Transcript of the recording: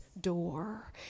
door